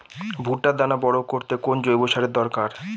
ভুট্টার দানা বড় করতে কোন জৈব সারের দরকার?